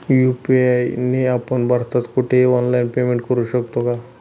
UPI ने आपण भारतात कुठेही ऑनलाईन पेमेंट करु शकतो का?